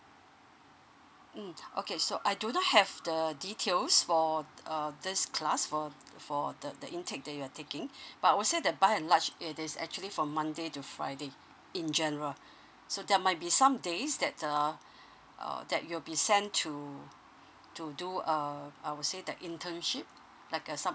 mm okay so I do not have the details for uh this class for for the the intake that you're taking but I'll say the by and large it is actually from monday to friday in general so there might be some days that err uh that you'll be sent to um to do um I would say the internship like a some